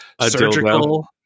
surgical